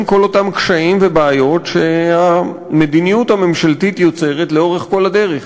כל אותם קשיים ובעיות שהמדיניות הממשלתית יוצרת לאורך כל הדרך.